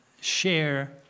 share